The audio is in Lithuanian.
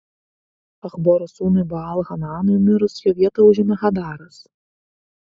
achboro sūnui baal hananui mirus jo vietą užėmė hadaras